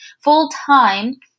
full-time